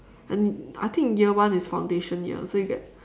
and I think year one is foundation year so you get